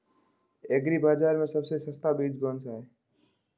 Agree बाज़ार में सबसे सस्ता बीज कौनसा है?